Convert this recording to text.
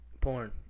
Porn